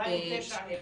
החלטה 291,